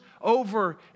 over